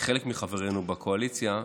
חלק מחברינו בקואליציה,